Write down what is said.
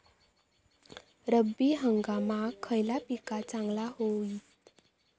रब्बी हंगामाक खयला पीक चांगला होईत?